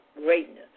greatness